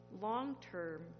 long-term